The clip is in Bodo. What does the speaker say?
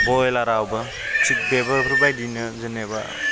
बयलाराबो थिक बेफोरबायदिनो जेनेबा